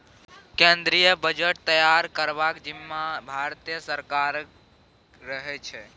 केंद्रीय बजट तैयार करबाक जिम्माँ भारते सरकारक रहै छै